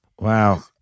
Wow